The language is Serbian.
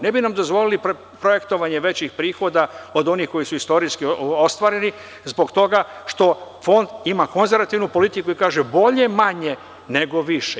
Ne bi nam dozvolili projektovanje većih prihoda od onih koji su istorijski ostvareni zbog toga što Fond ima konzervativnu politiku i kaže – bolje manje nego više.